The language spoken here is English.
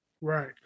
right